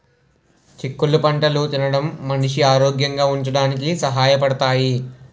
చిక్కుళ్ళు పంటలు తినడం మనిషి ఆరోగ్యంగా ఉంచడానికి సహాయ పడతాయి